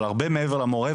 אבל הרבה מעבר למורה,